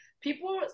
people